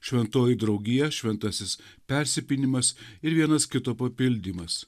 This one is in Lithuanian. šventoji draugija šventasis persipynimas ir vienas kito papildymas